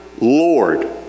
Lord